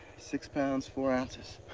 six pounds, four ounces.